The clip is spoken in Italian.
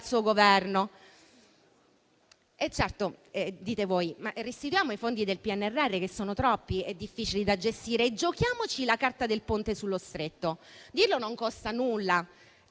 suo Governo. Certo, dite voi, restituiamo i fondi del PNRR che sono troppi e difficili da gestire e giochiamoci la carta del ponte sullo Stretto: dirlo non costa nulla,